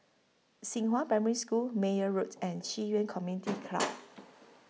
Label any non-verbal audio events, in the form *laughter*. Xinghua Primary School Meyer Road and Ci Yuan Community *noise* Club